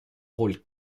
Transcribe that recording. rôle